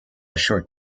short